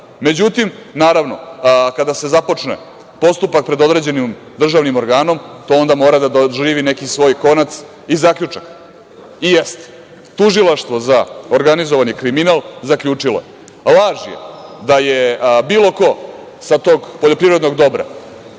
navodi.Međutim, naravno, kada se započne postupak pred određenim državnim organom, to onda mora da doživi neki svoj konac i zaključak i jeste. Tužilaštvo za organizovani kriminal zaključilo je – laž je da je bilo ko sa tog poljoprivrednog dobra